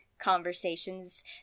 conversations